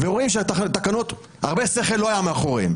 אני יודעת שהייתה הידברות --- לא הידברות,